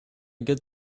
good